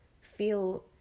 feel